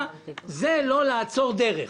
זה לא לעצור דרך